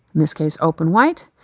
in this case open white.